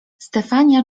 stefania